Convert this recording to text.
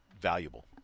valuable